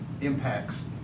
impacts